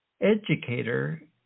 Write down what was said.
educator